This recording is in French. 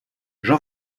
jean